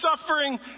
suffering